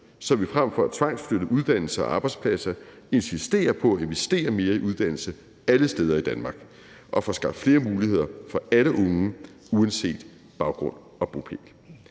så vi frem for at tvangsflytte uddannelser og arbejdspladser insisterer på at investere mere i uddannelse alle steder i Danmark og får skabt flere muligheder for alle unge uanset baggrund og bopæl.